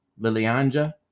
Lilianja